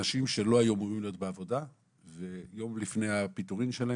מקרים של אנשים שלא היו אמורים להיות בעבודה ויום לפני הפיטורין שלהם